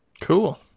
cool